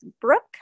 Brooke